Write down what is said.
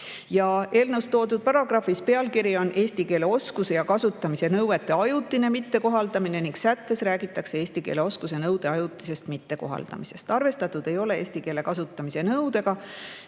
Eelnõus toodud paragrahvi pealkiri on "Eesti keele oskuse ja kasutamise nõuete ajutine mittekohaldamine" ning sättes räägitakse eesti keele oskuse nõude ajutisest mittekohaldamisest. Arvestatud ei ole eesti keele kasutamise nõudega.